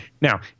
Now